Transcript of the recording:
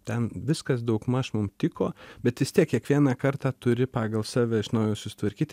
ten viskas daugmaž mum tiko bet vis tiek kiekvieną kartą turi pagal save iš naujo susitvarkyt